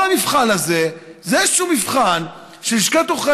כל המבחן הזה הוא איזשהו מבחן שלשכת עורכי